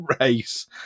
race